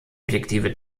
objektive